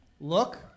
Look